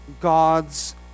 God's